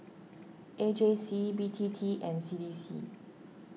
A J C B T T and C D C